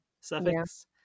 suffix